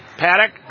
Paddock